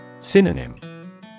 Synonym